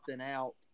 out